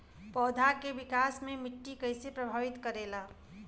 पौधा के विकास मे मिट्टी कइसे प्रभावित करेला?